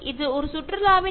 അത് നമ്മുടെ സ്വന്തം വീടാണ്